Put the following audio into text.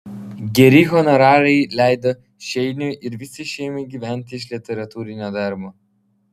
geri honorarai leido šeiniui ir visai šeimai gyventi iš literatūrinio darbo